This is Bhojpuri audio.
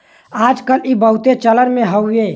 आज कल ई बहुते चलन मे हउवे